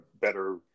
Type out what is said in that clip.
better